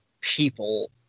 people